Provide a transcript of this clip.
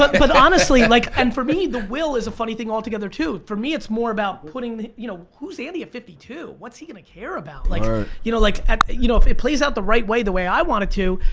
but but honestly like and for me the will is a funny thing altogether too. for me it's more about putting the you know, who's andy of fifty two? what's he gonna care about? like you know like you know if it plays out the right way, the way i want it to,